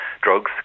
drugs